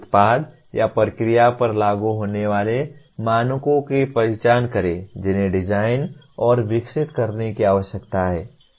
उत्पाद या प्रक्रिया पर लागू होने वाले मानकों की पहचान करें जिन्हें डिजाइन और विकसित करने की आवश्यकता है